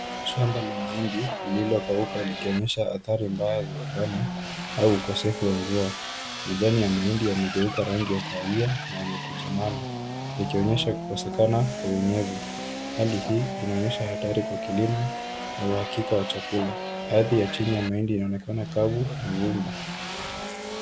Shamba la mahindi lililokauka likionyesha hatari mbaya za ukame au ukosefu wa mvua. Majani ya mahindi yamegeuka rangi ya kahawia na yamekunjamana yakionyesha kukosekana kwa unyevu. Hali hii inaonyesha hatari kwa kilimo na uhakika wa chakula ardhi ya chini ya mahindi inaonekana kavu na vumbi.